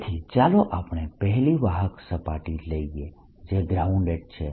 તેથી ચાલો આપણે પહેલી વાહક સપાટી લઈએ જે ગ્રાઉન્ડેડ છે